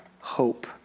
hope